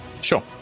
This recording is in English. Sure